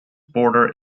border